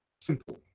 Simple